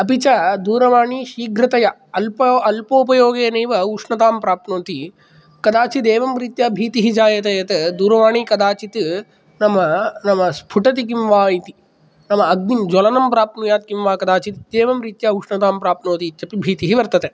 अपि च दूरवाणी शीघ्रातया अल्प अल्पोपयोगेनैव उष्णतां प्राप्नोति कदाचित् एवं रीत्या भीतिः जायते यत् दूरवाणी कदाचित् नाम नाम स्फूटति किं वा इति नाम अग्निज्वलनं प्राप्नुयात् किं वा कदाचित् इत्येवं रीत्या उष्णतां प्राप्नोति इति भीतिः वर्तते